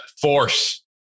force